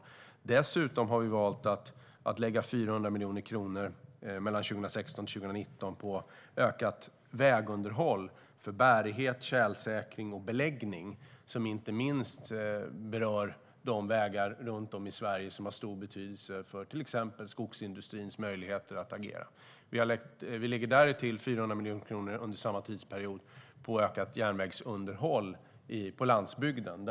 Vi har dessutom valt att lägga 400 miljoner kronor mellan 2016 och 2019 på ökat vägunderhåll för bärighet, tjälsäkring och beläggning, som berör inte minst de vägar runt om i Sverige som har stor betydelse för till exempel skogsindustrins möjligheter att agera. Därtill lägger vi under samma tidsperiod 400 miljoner kronor på ökat järnvägsunderhåll på landsbygden.